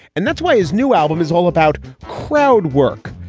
and that's why his new album is all about crowd work.